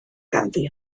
ganddi